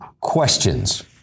questions